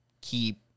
keep